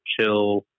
chill